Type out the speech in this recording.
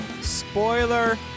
spoiler